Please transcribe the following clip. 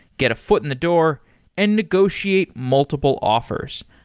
get a foot in the door and negotiate multiple offers.